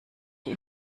die